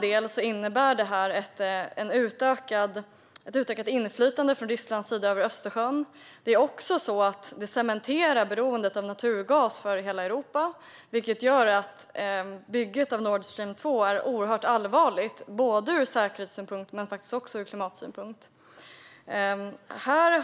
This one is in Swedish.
Detta innebär att Ryssland får ett utökat inflytande över Östersjön. Det cementerar också beroendet av naturgas för hela Europa. Det gör att bygget av Nord Stream 2 är oerhört allvarligt både ur säkerhetssynpunkt och ur klimatsynpunkt. Här